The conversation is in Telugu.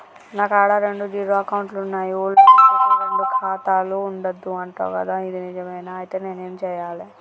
నా కాడా రెండు జీరో అకౌంట్లున్నాయి ఊళ్ళో అంటుర్రు రెండు ఖాతాలు ఉండద్దు అంట గదా ఇది నిజమేనా? ఐతే నేనేం చేయాలే?